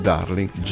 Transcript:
Darling